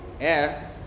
air